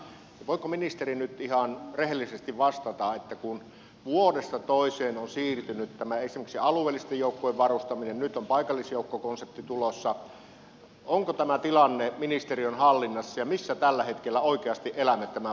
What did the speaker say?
voiko ministeri nyt ihan rehellisesti vastata kun vuodesta toiseen on siirtynyt esimerkiksi tämä alueellisten joukkojen varustaminen nyt on paikallisjoukkokonsepti tulossa onko tämä tilanne ministeriön hallinnassa ja missä tällä hetkellä oikeasti elämme tämän varustamisen osalta